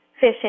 fish